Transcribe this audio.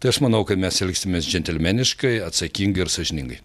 tai aš manau kad mes elgsimės džentelmeniškai atsakingai ir sąžiningai